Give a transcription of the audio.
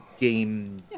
game